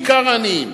בעיקר העניים.